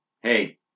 Hey